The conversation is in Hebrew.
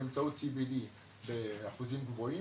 באמצעות CBD באחוזים גבוהים.